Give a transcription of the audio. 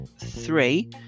three